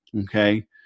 Okay